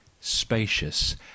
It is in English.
spacious